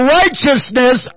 righteousness